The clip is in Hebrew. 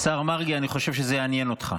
השר מרגי, אני חושב שזה יעניין אותך.